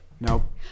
Nope